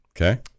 Okay